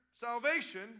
salvation